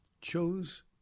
chose